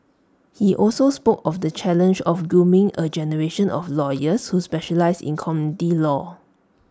he also spoke of the challenge of grooming A generation of lawyers who specialise in community law